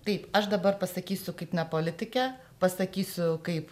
taip aš dabar pasakysiu kaip ne politike pasakysiu kaip